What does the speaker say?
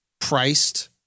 priced